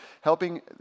helping